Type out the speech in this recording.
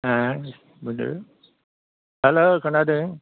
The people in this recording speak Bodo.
हा बुंदो हेल खोनादों